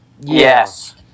Yes